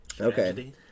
Okay